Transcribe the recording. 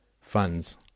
funds